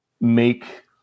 make